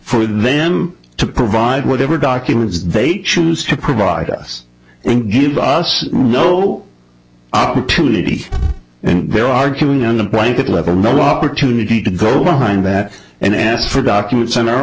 for them to provide whatever documents they choose to provide us and give us no opportunity and they're arguing on the blanket level no opportunity to go behind that and ask for documents in our